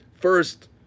First